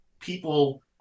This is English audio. people